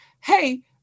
hey